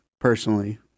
personally